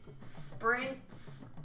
sprints